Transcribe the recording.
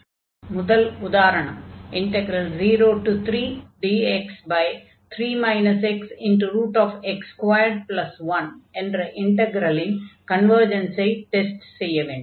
அதையடுத்து முதல் உதாரணம் 03dx3 xx21 என்ற இன்டக்ரலின் கன்வர்ஜன்ஸை டெஸ்ட் செய்ய வேண்டும்